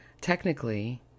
Technically